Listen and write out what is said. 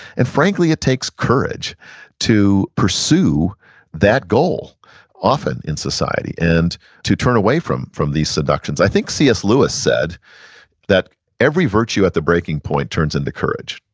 and frankly, it takes courage to pursue that goal often in society, and to turn away from from these seductions. i think c s. lewis said that every virtue at the breaking point turns into courage,